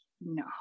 no